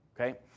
okay